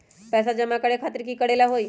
पैसा जमा करे खातीर की करेला होई?